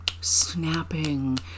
snapping